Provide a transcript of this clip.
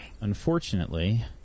Unfortunately